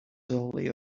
slowly